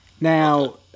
Now